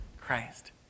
Christ